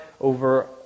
over